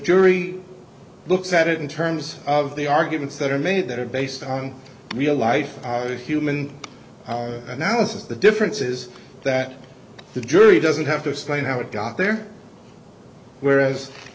jury looks at it in terms of the arguments that are made that are based on real life human analysis the difference is that the jury doesn't have to explain how it got there whereas